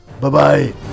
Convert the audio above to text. bye-bye